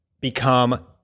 become